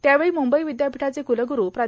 यावेळी मुंबई र्वद्यापीठाचे कुलगुरु प्रा